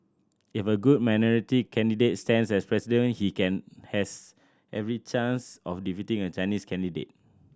if a good minority candidate stands as President he can has every chance of defeating a Chinese candidate